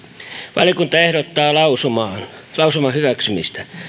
valiokunta ehdottaa lausuman hyväksymistä